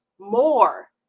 more